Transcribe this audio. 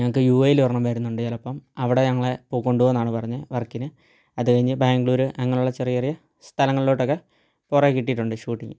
ഞങ്ങൾക്ക് യു എയിൽ ഒരെണ്ണം വരുന്നുണ്ട് ചിലപ്പം അവിടെ ഞങ്ങളെ പൊ കൊണ്ടോവൂന്നാണ് പറഞ്ഞത് വർക്കിന് അത് കഴിഞ്ഞ് ബാംഗ്ലൂർ അങ്ങനുള്ള ചെറിയ ചെറിയ സ്ഥലങ്ങളിലോട്ടെക്കെ കുറെ കിട്ടീട്ടുണ്ട് ഷൂട്ടിംഗ്